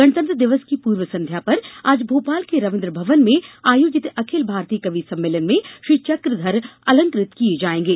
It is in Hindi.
गणतंत्र दिवस की पूर्व संध्या पर आज भोपाल के रविंद्र भवन में आयोजित अखिल भारतीय कवि सम्मलेन में श्री चक्रधर अलंत किये जाएंगे